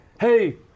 hey